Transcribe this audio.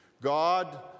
God